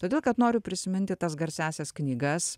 todėl kad noriu prisiminti tas garsiąsias knygas